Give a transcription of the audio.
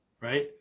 right